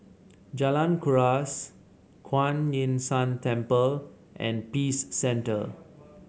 Jalan Kuras Kuan Yin San Temple and Peace Centre